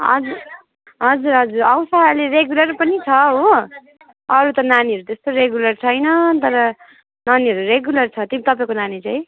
हजुर हजुर हजुर आउँछ अहिले रेगुलर पनि छ हो अरू त नानीहरू त्यस्तो रेगुलर छैन तर नानीहरू रेगुलर छ कि तपाईँको नानी चाहिँ